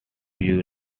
you